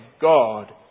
God